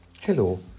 Hello